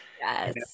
Yes